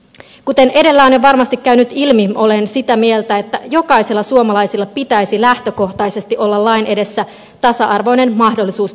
kuten edellä on jo varmasti käynyt ilmi olen sitä mieltä että jokaisella suomalaisella pitäisi lähtökohtaisesti olla lain edessä tasa arvoinen mahdollisuus perustaa perhe